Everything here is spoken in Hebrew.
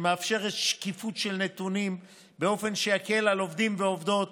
שמאפשרת שקיפות של נתונים באופן שיקל על עובדים ועובדות